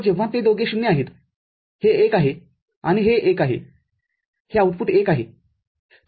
केवळ जेव्हा ते दोघे ० आहेत हे १ आहे आणि हे १ आहे हे आउटपुट १ आहे